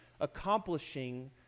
accomplishing